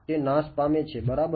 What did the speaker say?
તે નાશ પામે છે બરાબર